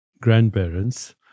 grandparents